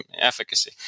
efficacy